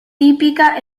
típica